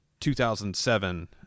2007